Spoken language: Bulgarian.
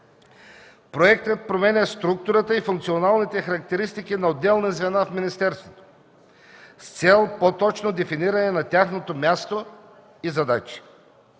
Проектът променя структурата и функционалните характеристики на отделни звена от министерството с цел по-точно дефиниране на тяхното място и задачи,